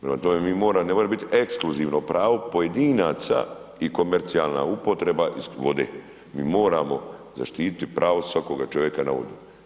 Prema tome mi moramo, ne mora biti ekskluzivno pravo pojedinaca i komercijalna upotreba vode, mi moramo zaštiti pravo svakoga čovjeka na vodu.